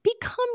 become